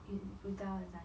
inbhuta one time